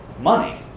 money